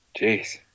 Jeez